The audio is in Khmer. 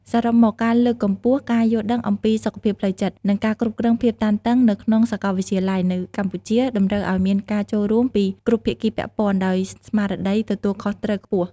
សរុបមក ការលើកកម្ពស់ការយល់ដឹងអំពីសុខភាពផ្លូវចិត្ត និងការគ្រប់គ្រងភាពតានតឹងនៅក្នុងសាកលវិទ្យាល័យនៅកម្ពុជាតម្រូវឱ្យមានការចូលរួមពីគ្រប់ភាគីពាក់ព័ន្ធដោយស្មារតីទទួលខុសត្រូវខ្ពស់។